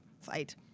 fight